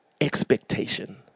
expectation